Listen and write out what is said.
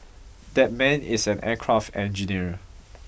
that man is an aircraft engineer